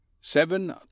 Seven